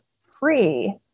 free